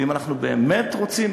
ואם אנחנו באמת רוצים,